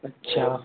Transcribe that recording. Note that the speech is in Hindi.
अच्छा